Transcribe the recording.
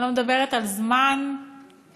אני לא מדברת על זמן ממשלה,